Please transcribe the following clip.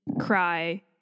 cry